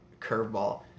curveball